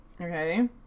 okay